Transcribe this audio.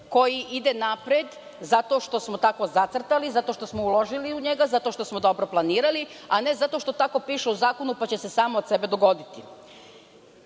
koji ide napred zato što smo tako zacrtali, zato što smo uložili u njega, zato što smo dobro planirali, a ne zato što tako piše u zakonu pa će se samo od sebe dogoditi.